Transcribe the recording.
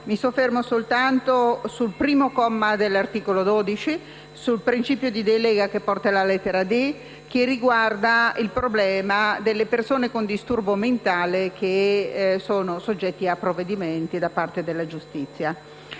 Mi concentrerò soltanto sul primo comma dell'articolo 12, sul principio di delega che porta la lettera *d)*, che riguarda il problema delle persone con disturbo mentale soggette a provvedimenti da parte della giustizia.